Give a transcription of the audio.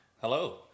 Hello